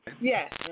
yes